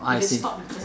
I s~